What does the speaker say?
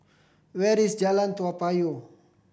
where is Jalan Toa Payoh